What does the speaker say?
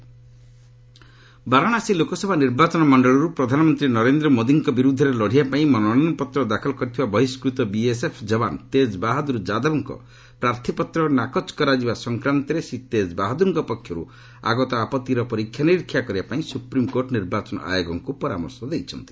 SC Tej Bahadur Varanasi Lok Sabha ନିର୍ବାଚନ ମଣ୍ଡଳୀରୁ ପ୍ରଧାନମନ୍ତ୍ରୀ ନରେନ୍ଦ୍ର ମୋଦିଙ୍କ ବିରୁଦ୍ଧରେ ଲଢ଼ିବା ପାଇଁ ମନୋନୟନ ପତ୍ର ଦାଖଲ କରିଥିବା ବହିଷ୍କୃତ ବିଏସ୍ଏଫ୍ ଜବାନ ତେଜ୍ ବାହାଦୁର ଯାଦବଙ୍କ ପ୍ରାର୍ଥୀପତ୍ର ନାକଚ କରାଯିବା ସଂକ୍ରାନ୍ତରେ ଶ୍ରୀ ତେଜ୍ ବାହାଦୁରଙ୍କ ପକ୍ଷରୁ ଆଗତ ଆପତ୍ତିର ପରୀକ୍ଷାନିରୀକ୍ଷା କରିବା ପାଇଁ ସୁପ୍ରିମକୋର୍ଟ ନିର୍ବାଚନ ଆୟୋଗଙ୍କୁ ପରାମର୍ଶ ଦେଇଛନ୍ତି